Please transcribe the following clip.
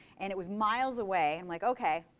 and it was miles away. i'm like, ok,